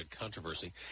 controversy